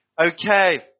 Okay